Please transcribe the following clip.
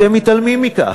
אתם מתעלמים מכך,